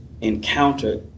encounter